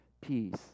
peace